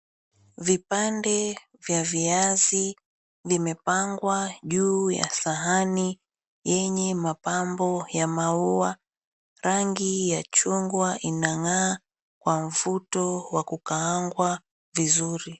Vipande vya viazi vimepangwa juu ya sahani yenye mapambo ya maua, rangi ya chungwa inang'aa kwa mvuto wa kukaangwa vizuri.